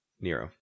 Nero